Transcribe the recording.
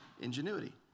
ingenuity